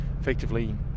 effectively